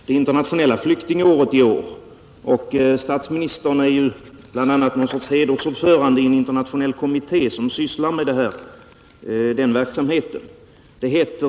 Herr talman! Det är ju det internationella flyktingåret i år och statsministern är bl.a. någon sorts hedersordförande i en internationell kommitté som sysslar med denna verksamhet.